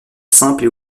simples